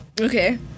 Okay